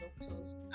doctors